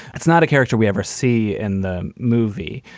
that's not a character we ever see in the movie.